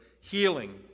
healing